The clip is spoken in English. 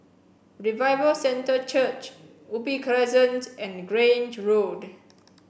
Revival Centre Church Crescent and Grange Road